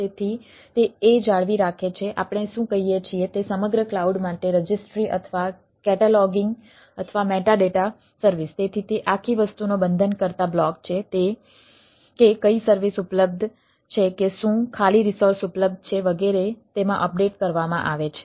તેથી તે એ જાળવી રાખે છે આપણે શું કહીએ છીએ તે સમગ્ર ક્લાઉડ માટે રજિસ્ટ્રી કરવામાં આવે છે